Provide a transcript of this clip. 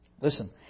Listen